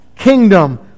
kingdom